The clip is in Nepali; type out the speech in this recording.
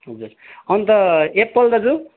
हजुर अन्त एप्पल दाजु